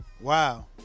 Wow